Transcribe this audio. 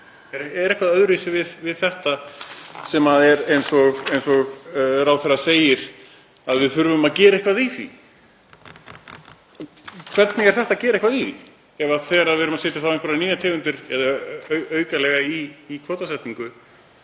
Er eitthvað öðruvísi við þetta sem við, eins og ráðherra segir, þurfum að gera eitthvað í? Hvernig er hægt að gera eitthvað í því þegar við erum að setja fram einhverjar nýjar tegundir eða aukalega í kvótasetningu,